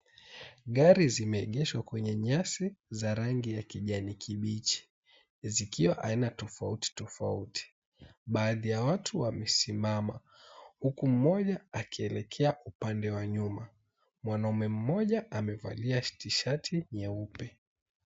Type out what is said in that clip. Gari zimeegeshwa kwenye nyasi za rangi ya kijani kibichi zikiwa aina tofauti tofauti. Baadhi ya watu wamesimama huku mmoja akielekea upande wa nyuma. Mwanaume mmoja amevalia tishati nyeupe.